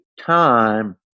time